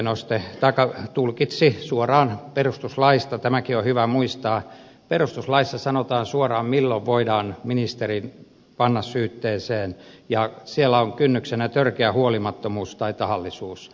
perustuslakivaliokunta tulkitsi asiaa suoraan perustuslain mukaan tämäkin on hyvä muistaa ja perustuslaissa sanotaan suoraan milloin voidaan ministeri panna syytteeseen ja siellä on kynnyksenä törkeä huolimattomuus tai tahallisuus